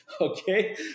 okay